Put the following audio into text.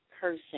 cursing